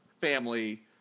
family